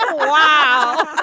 and wow